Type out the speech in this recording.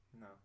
No